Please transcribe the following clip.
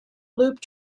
loop